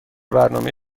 برنامه